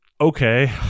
okay